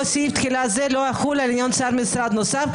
בסופו יבוא "(ב) בסעיף קטן זה לא יחול על מינוי שר נוסף במשרד,